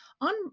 on